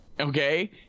Okay